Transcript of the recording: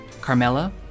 Carmela